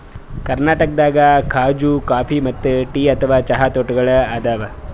ಕರ್ನಾಟಕದಾಗ್ ಖಾಜೂ ಕಾಫಿ ಮತ್ತ್ ಟೀ ಅಥವಾ ಚಹಾ ತೋಟಗೋಳ್ ಅದಾವ